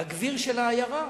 הגביר של העיירה.